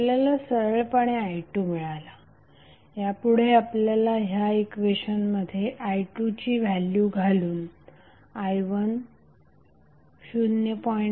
आपल्याला सरळपणे i2 मिळाला यापुढे आपल्याला ह्या इक्वेशनमध्ये i2ची व्हॅल्यू घालून i1 0